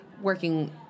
working